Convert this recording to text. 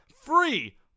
free